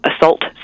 assault